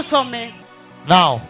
Now